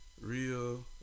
real